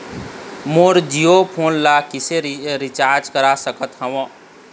मोर Jio phone ला किसे recharge करा सकत हवं?